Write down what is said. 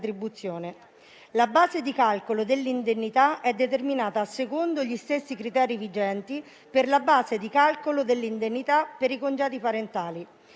retribuzione. La base di calcolo dell'indennità è determinata secondo gli stessi criteri vigenti per la base di calcolo dell'indennità per i congedi parentali.